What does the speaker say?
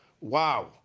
Wow